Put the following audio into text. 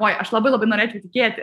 uoi aš labai labai norėčiau tikėti